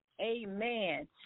Amen